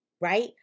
right